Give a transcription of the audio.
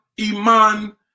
Iman